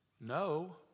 no